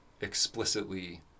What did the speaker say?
explicitly